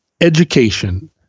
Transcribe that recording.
education